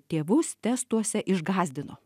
tėvus testuose išgąsdino